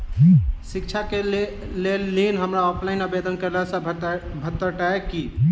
शिक्षा केँ लेल ऋण, हमरा ऑफलाइन आवेदन कैला सँ भेटतय की?